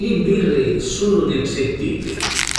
Li birri sunnu di tri tipi: